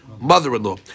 mother-in-law